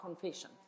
confession